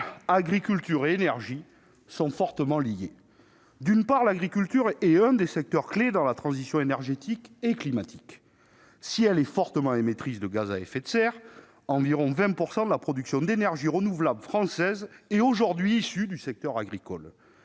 agriculture et énergie sont fortement liées. D'une part, l'agriculture est un secteur clef dans la transition énergétique et climatique. Si elle est fortement émettrice de gaz à effet de serre, environ 20 % de la production d'énergies renouvelables française en est issue. À cet égard,